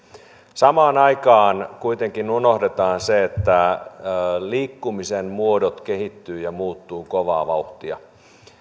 samaan aikaan kuitenkin unohdetaan se että liikkumisen muodot kehittyvät ja muuttuvat kovaa vauhtia